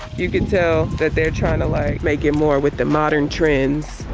you can tell that they're trying to like make it more with the modern trends.